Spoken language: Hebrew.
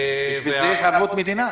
בשביל זה יש ערבות מדינה.